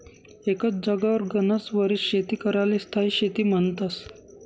एकच जागावर गनच वरीस शेती कराले स्थायी शेती म्हन्तस